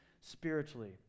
spiritually